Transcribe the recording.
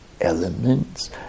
elements